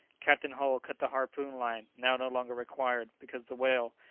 captain hull cut the harpoon-line, now no longer required, because the whale,